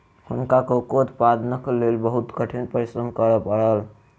हुनका कोको उत्पादनक लेल बहुत कठिन परिश्रम करय पड़ल